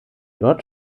dort